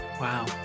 wow